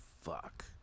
fuck